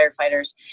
firefighters